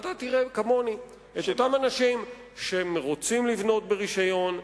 ואתה תראה כמוני את אותם אנשים שרוצים לבנות ברשיון,